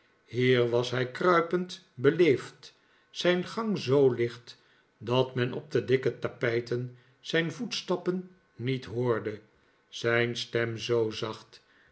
hier was hij kruipend beleefd zijn gang zoo licht dat men op de dikke tapijten zijn voetstappen niet hoorde zijn stem zoo zacht